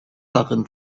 darin